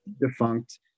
defunct